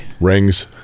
rings